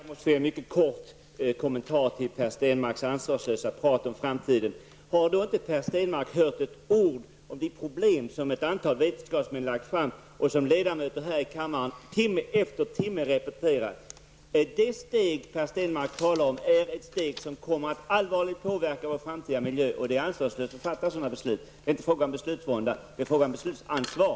Fru talman! Jag måste göra en mycket kort kommentar till Per Stenmarcks ansvarslösa tal om framtiden. Har inte Per Stenmarck hört ett ord om de problem som ett antal vetenskapsmän redovisat och som ledamöter här i kammaren timme efter timme har repeterat! Det steg Per Stenmarck talar om är ett steg som allvarligt kommer att påverka vår framtida miljö, och det är ansvarslöst att fatta sådana beslut. Det är inte fråga om beslutsvånda. Det är fråga om beslutsansvar.